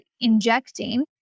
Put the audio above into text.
injecting